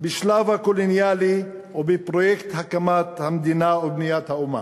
בשלב הקולוניאלי ובפרויקט הקמת המדינה ובניית האומה.